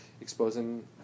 exposing